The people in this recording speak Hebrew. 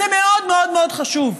זה מאוד מאוד מאוד חשוב.